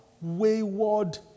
wayward